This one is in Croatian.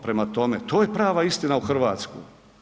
Prema tome, to je prava istina u Hrvatskoj.